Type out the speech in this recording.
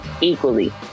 equally